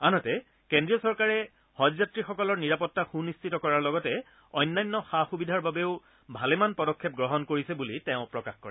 আনহাতে কেন্দ্ৰীয় চৰকাৰে হজযাত্ৰীৰ নিৰাপত্তা সুনিশ্চিত কৰাৰ লগতে অন্যান্য সা সুবিধাৰ বাবেও ভালেমান পদক্ষেপ গ্ৰহণ কৰিছে বুলি তেওঁ প্ৰকাশ কৰে